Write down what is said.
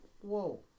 Whoa